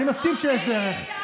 יש גם דרך.